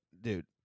dude